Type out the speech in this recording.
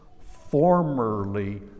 formerly